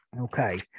Okay